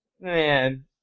Man